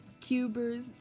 Cubers